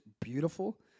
beautiful